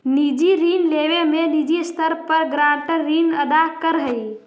निजी ऋण लेवे में निजी स्तर पर गारंटर ऋण अदा करऽ हई